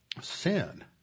sin